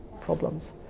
problems